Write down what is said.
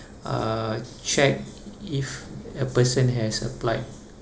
uh check if a person has applied